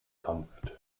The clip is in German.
dampft